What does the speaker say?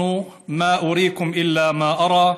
(אומר בערבית: אמר פרעה,